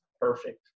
perfect